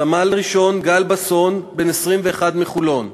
סמל-ראשון גל בסון, בן 21, מחולון,